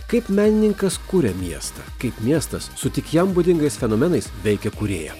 kaip menininkas kuria miestą kaip miestas su tik jam būdingais fenomenais veikia kūrėją